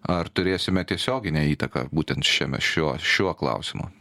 ar turėsime tiesioginę įtaką būtent šiame šiuo šiuo klausimu